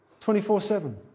24-7